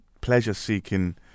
pleasure-seeking